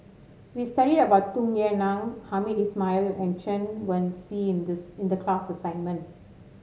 we studied about Tung Yue Nang Hamed Ismail and Chen Wen Hsi in this in the class assignment